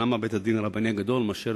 למה בית-הדין הרבני הגדול מאשר